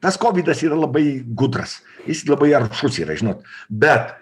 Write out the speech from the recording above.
tas kovidas yra labai gudras jis labai aršūs yra žinot bet